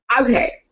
okay